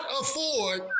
afford